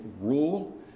rule